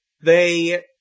they-